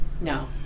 no